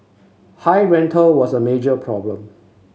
high rental was a major problem